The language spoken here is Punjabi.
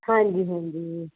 ਹਾਂਜੀ ਹਾਂਜੀ